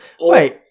Wait